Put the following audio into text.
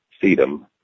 sedum